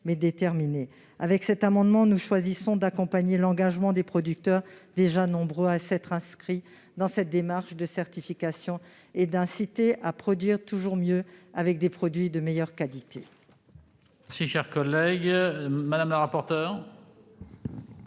Avec cet amendement, nous choisissons d'accompagner l'engagement des producteurs, déjà nombreux à s'être inscrits dans cette démarche de certification, et d'inciter à produire toujours mieux avec des produits de meilleure qualité.